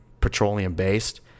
petroleum-based